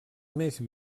més